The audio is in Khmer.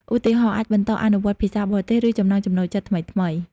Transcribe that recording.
ឧទាហរណ៍ អាចបន្តអនុវត្តភាសាបរទេស ឬចំណង់ចំណូលចិត្តថ្មីៗ។